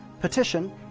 petition